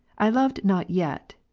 i loved not yet,